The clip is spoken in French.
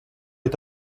est